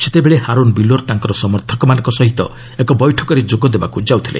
ସେତେବେଳେ ହାରୁନ ବିଲୋର ତାଙ୍କ ସମର୍ଥକମାନଙ୍କ ସହିତ ଏକ ବୈଠକରେ ଯୋଗଦେବାକୁ ଯାଉଥିଲେ